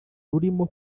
rurimo